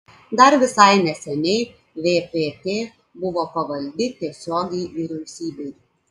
dar visai neseniai vpt buvo pavaldi tiesiogiai vyriausybei